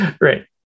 Right